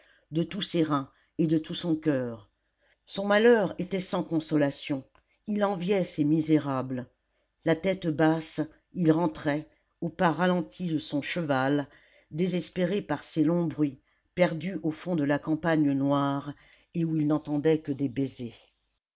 de tous ses reins et de tout son coeur son malheur était sans consolation il enviait ces misérables la tête basse il rentrait au pas ralenti de son cheval désespéré par ces longs bruits perdus au fond de la campagne noire et où il n'entendait que des baisers